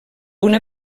una